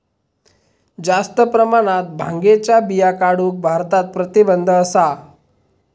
जास्त प्रमाणात भांगेच्या बिया काढूक भारतात प्रतिबंध असा